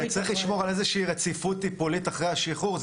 הרי צריך לשמור על איזושהי רציפות טיפולית אחרי השחרור.